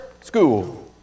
School